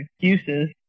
excuses